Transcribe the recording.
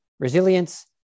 resilience